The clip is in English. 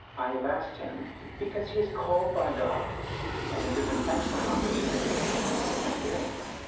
i have asked him because he is called by god and this is an excellent opportunity for him to get experience.